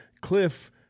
Cliff